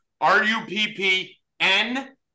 R-U-P-P-N